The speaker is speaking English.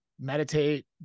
meditate